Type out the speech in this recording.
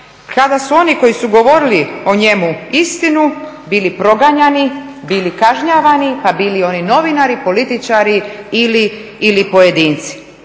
kada su oni koji su govorili o njemu istinu bili proganjani, bili kažnjavani, pa bili oni novinari, političari ili pojedinci.